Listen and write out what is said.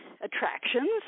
attractions